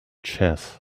chess